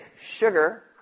sugar